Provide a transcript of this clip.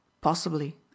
Possibly